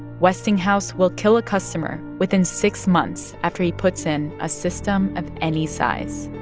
westinghouse will kill a customer within six months after he puts in a system of any size